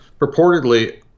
purportedly